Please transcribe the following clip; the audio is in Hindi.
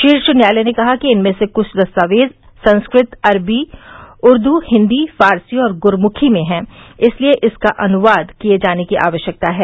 शीर्ष न्यायालय ने कहा कि इनमें से कुछ दस्तावेज संस्कृत अरबी उर्दू हिन्दी फारसी और गुरमुखी में हैं इसलिए इनका अनुवाद किए जाने की आवश्यकता है